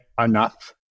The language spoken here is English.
enough